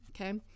okay